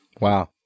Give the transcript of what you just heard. Wow